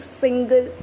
single